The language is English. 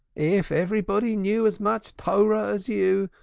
if everybody knew as much terah as you,